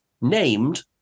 named